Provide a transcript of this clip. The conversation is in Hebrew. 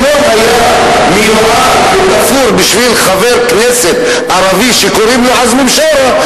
אם לא היה מיועד ותפור בשביל חבר כנסת ערבי שקוראים לו עזמי בשארה,